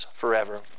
forever